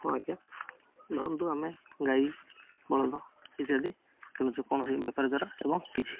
ହଁ ଆଜ୍ଞା ଧରନ୍ତୁ ଆମେ ଗାଈ ବଳଦ ଇତ୍ୟାଦି କିଣୁଛୁ କୌଣସି ବେପାର ଦ୍ୱାରା ଏବଂ କିଛି